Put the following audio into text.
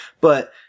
but-